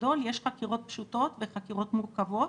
יש חקירות פשוטות וחקירות מורכבות.